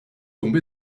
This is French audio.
tombé